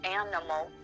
animal